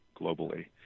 globally